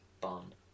Bun